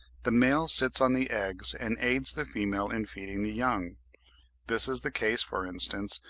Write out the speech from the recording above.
the male sits on the eggs and aids the female in feeding the young this is the case, for instance,